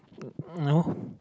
um no